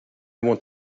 want